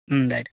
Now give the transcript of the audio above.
right